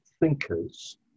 thinkers